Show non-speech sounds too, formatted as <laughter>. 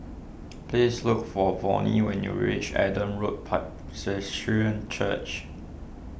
<noise> please look for Volney when you reach Adam Road <unintelligible> Church